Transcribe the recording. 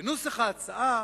בנוסח ההצעה